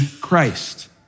Christ